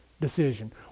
decision